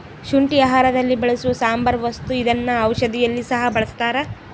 ಶುಂಠಿ ಆಹಾರದಲ್ಲಿ ಬಳಸುವ ಸಾಂಬಾರ ವಸ್ತು ಇದನ್ನ ಔಷಧಿಯಲ್ಲಿ ಸಹ ಬಳಸ್ತಾರ